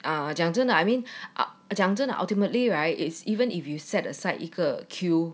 啊讲真的 ah 讲真的 ultimately right it's even if you set aside 一个 queue